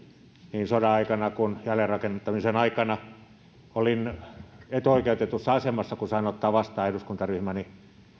niin sodan aikana kuin jälleenrakennuttamisen aikana olin etuoikeutetussa asemassa kun sain ottaa vastaan eduskuntaryhmäni